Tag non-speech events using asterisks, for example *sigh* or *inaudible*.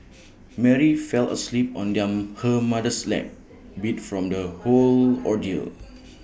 *noise* Mary fell asleep on their her mother's lap *noise* beat from the whole ordeal